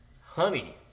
honey